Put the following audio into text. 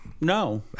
No